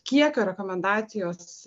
kiekio rekomendacijos